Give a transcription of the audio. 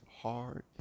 hard